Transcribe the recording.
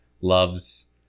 loves